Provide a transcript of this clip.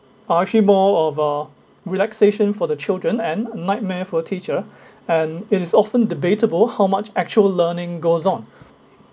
are actually more of uh relaxation for the children and nightmare for the teacher and it is often debatable how much actual learning goes on